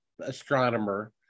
astronomer